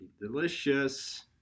delicious